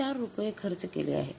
४ रुपये खर्च केले आहे